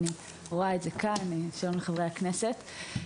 למי שלא מכיר,